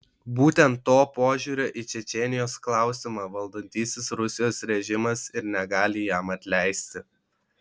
būtent to požiūrio į čečėnijos klausimą valdantysis rusijos režimas ir negali jam atleisti